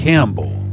Campbell